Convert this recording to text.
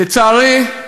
לצערי,